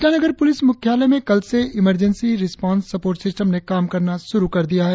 Itanagar police मुख्यालय में कल से इमरजेंसी रिस्पांस सपोर्ट सिस्टम ने काम करना शुरु कर दिया है